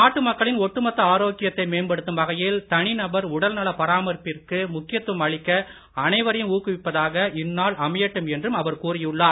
நாட்டு மக்களின் ஒட்டுமொத்த ஆரோக்கியத்தை மேம்படுத்தும் வகையில் தனிநபர் உடல்நல பராமரிப்பிற்கு முக்கியத்துவம் அளிக்க அனைவரையும் ஊக்குவிப்பதாக இந்நாள் அமையட்டும் என்றும் அவர் கூறியுள்ளார்